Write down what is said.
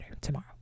tomorrow